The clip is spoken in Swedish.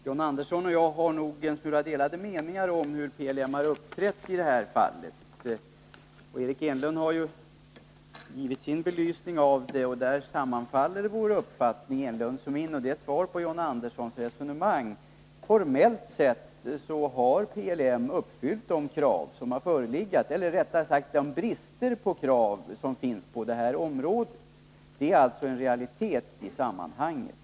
Herr talman! Helt kort! John Andersson och jag har nog en smula delade meningar om hur PLM uppträtt i det här fallet. Eric Enlund har ju givit sin belysning av frågan, och där sammanfaller hans uppfattning och min. Det är ett svar på John Anderssons resonemang. Formellt sett har PLM uppfyllt de krav eller rättare sagt den brist på krav som finns på det här området. Det är en realitet i sammanhanget.